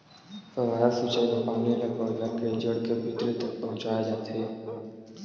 फव्हारा सिचई म पानी ल पउधा के जड़ के भीतरी तक पहुचाए जाथे